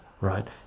right